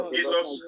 Jesus